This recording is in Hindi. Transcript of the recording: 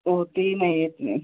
वो होती ही नहीं इतनी